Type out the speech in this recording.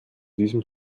diesem